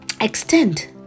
Extend